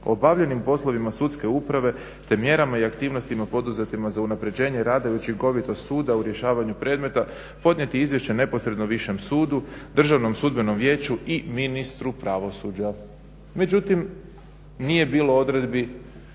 obavljenim poslovima sudske uprave te mjerama i aktivnostima poduzetima za unapređenje rada i učinkovitost suda u rješavanju predmeta podnijeti izvješće neposredno višem sudu, Državnom sudbenom i ministru pravosuđa. Međutim, nije bilo odredbi